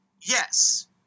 Yes